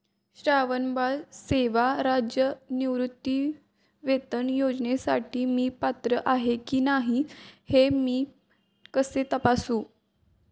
श्रावणबाळ सेवा राज्य निवृत्तीवेतन योजनेसाठी मी पात्र आहे की नाही हे मी कसे तपासू?